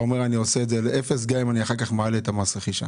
אומר שאתה תעשה את זה על אפס גם אם אחרי זה אתה תעלה את מס הרכישה?